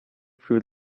through